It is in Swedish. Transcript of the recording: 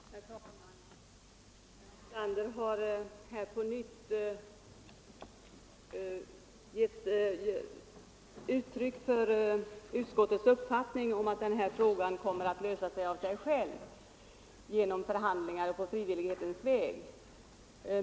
Herr talman! Fru Tillander har här på nytt gett uttryck för utskottets uppfattning att den här frågan kommer att lösas av sig själv genom förhandlingar på frivillighetens väg.